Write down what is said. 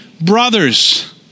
brothers